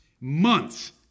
months